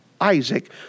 Isaac